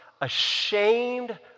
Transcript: ashamed